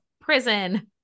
prison